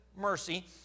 mercy